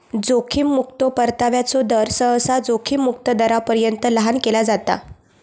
जोखीम मुक्तो परताव्याचो दर, सहसा जोखीम मुक्त दरापर्यंत लहान केला जाता